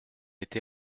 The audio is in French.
été